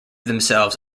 themselves